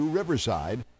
Riverside